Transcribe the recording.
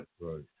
right